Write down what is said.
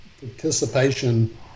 participation